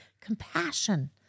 compassion